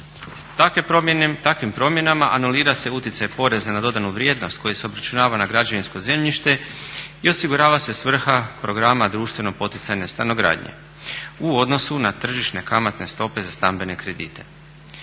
Takvim promjenama anulira se utjecaj poreza na dodanu vrijednost koji se obračunava na građevinsko zemljište i osigurava se svrha programa društveno poticajne stanogradnje u odnosu na tržišne kamatne stope za stambene kredite.